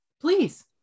Please